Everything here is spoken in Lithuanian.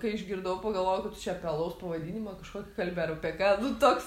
kai išgirdau pagalvojau kad tu čia apie alaus pavadinimą kažkokį kalbi ar apie ką nu toks